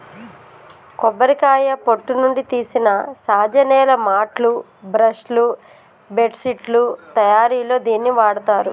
కొబ్బరికాయ పొట్టు నుండి తీసిన సహజ నేల మాట్లు, బ్రష్ లు, బెడ్శిట్లు తయారిలో దీనిని వాడతారు